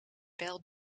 wel